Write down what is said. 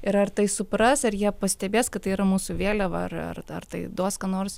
ir ar tai supras ar jie pastebės kad tai yra mūsų vėliava ar ar ar tai duos ką nors